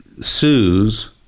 sues